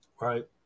right